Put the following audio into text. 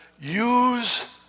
Use